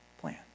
plan